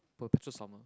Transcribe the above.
perpetual summer